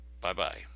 Bye-bye